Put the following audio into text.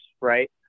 right